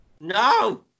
No